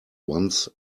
once